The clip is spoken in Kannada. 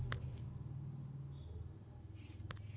ಕಬ್ಬಿಗ ಯಾವ ಗೊಬ್ಬರ ಛಲೋ?